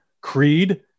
creed